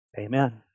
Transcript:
Amen